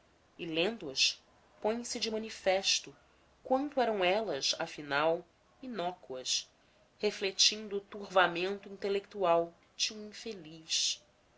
e lendo as põe-se de manifesto quanto eram elas afinal inócuas refletindo o turvamento intelectual de um infeliz